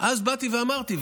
אז באתי ואמרתי,